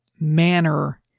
manner